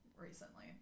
recently